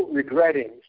regretting